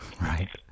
right